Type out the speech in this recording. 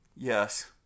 Yes